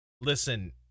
listen